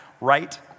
right